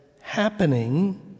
happening